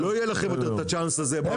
לא יהיה לכם יותר את הצ'אנס הזה באוצר.